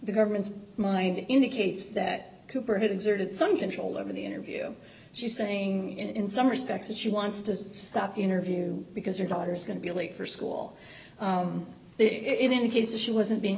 the government's mind indicates that cooper has exerted some control over the interview she's saying in some respects that she wants to stop the interview because your daughter's going to be late for school it indicates that she wasn't being